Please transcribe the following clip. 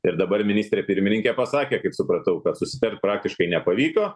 ir dabar ministrė pirmininkė pasakė kaip supratau kad susitart praktiškai nepavyko